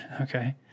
Okay